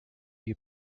you